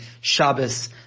Shabbos